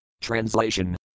Translation